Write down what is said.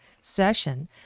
session